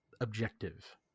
objective